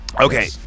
Okay